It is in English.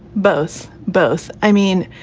both. both. i mean,